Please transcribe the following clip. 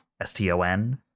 S-T-O-N